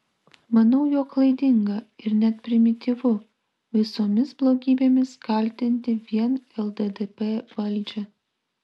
manau jog klaidinga ir net primityvu visomis blogybėmis kaltinti vien lddp valdžią